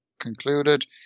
concluded